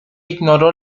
ignoró